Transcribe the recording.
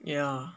yeah